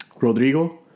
Rodrigo